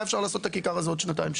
אפשר היה לעשות את זה עוד שנתיים,